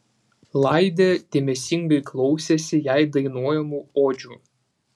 laidė dėmesingai klausėsi jai dainuojamų odžių